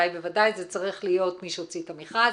זה צריך להיות מי שהוציא את המכרז.